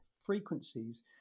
frequencies